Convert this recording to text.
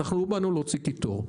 אנחנו לא באנו להוציא קיטור,